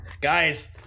Guys